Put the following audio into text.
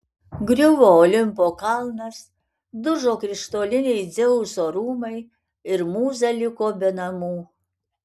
griuvo olimpo kalnas dužo krištoliniai dzeuso rūmai ir mūza liko be namų